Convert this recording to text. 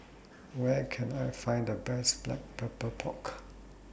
Where Can I Find The Best Black Pepper Pork